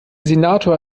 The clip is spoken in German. senator